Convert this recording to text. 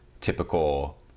typical